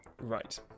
Right